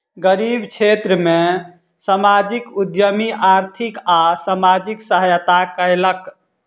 गरीब क्षेत्र में सामाजिक उद्यमी आर्थिक आ सामाजिक सहायता कयलक